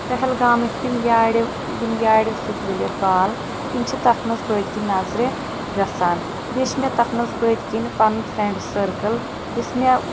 پہلگامٕکۍ تِم یارِ یِم یارِ سۭتۍ وٕلِتھ بال تِم چھِ تَتھ مَنٛز پٕتۍکِنۍ نَطرِ گَژھان بیٚیہِ چھِ مے تَتھ منٛز پٕتۍکِنۍ پَنُن فرٛینٛڈ سٕرکٕل یُس مے